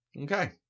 Okay